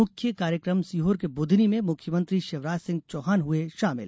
मुख्य कार्यक्रम सीहोर के बुधनी में मुख्यमंत्री शिवराज सिंह चौहान हुए शामिल